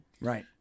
Right